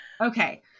okay